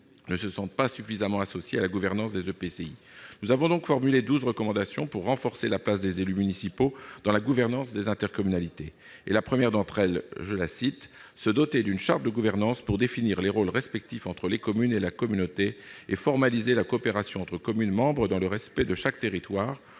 ne se sentent pas suffisamment associés à la gouvernance des EPCI. Nous avons donc formulé douze recommandations visant à renforcer la place des élus municipaux dans cette gouvernance. La première d'entre elles est ainsi intitulée :« se doter d'une charte de gouvernance pour définir les rôles respectifs entre les communes et la communauté, et formaliser la coopération entre communes membres dans le respect de chaque territoire ».